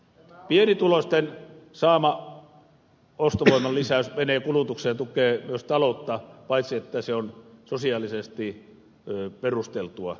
pienituloisten saama ostovoiman lisäys menee kulutukseen ja tukee myös taloutta sen lisäksi että se on sosiaalisesti perusteltua